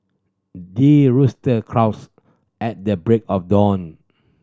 the rooster crows at the break of dawn